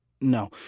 No